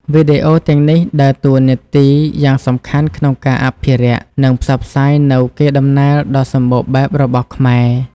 វីដេអូទាំងនេះដើរតួនាទីយ៉ាងសំខាន់ក្នុងការអភិរក្ស និងផ្សព្វផ្សាយនូវកេរដំណែលដ៏សម្បូរបែបរបស់ខ្មែរ។